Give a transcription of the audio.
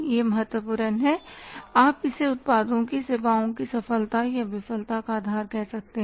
यह महत्वपूर्ण है आप इसे उत्पादों या सेवाओं की सफलता या विफलता का आधार कह सकते हैं